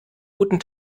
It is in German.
guten